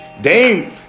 dame